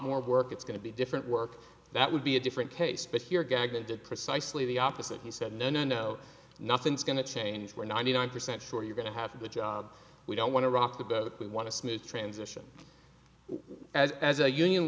more work it's going to be different work that would be a different case but here gagne did precisely the opposite he said no no no nothing's going to change we're ninety nine percent sure you're going to have the job we don't want to rock the boat we want to smooth transition as a union